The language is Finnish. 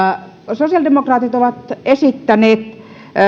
sosiaalidemokraatit ovat esittäneet